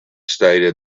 stated